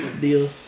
deal